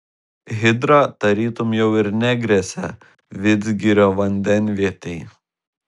hidra tarytum jau ir negresia vidzgirio vandenvietei